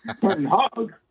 hug